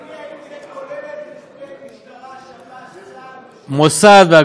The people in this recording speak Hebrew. האם זה כולל את רכבי המשטרה, שב"ס, צה"ל, מוסד?